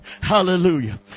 hallelujah